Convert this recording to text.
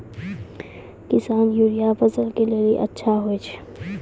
किसान यूरिया फसल के लेली अच्छा होय छै?